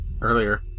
earlier